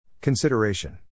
Consideration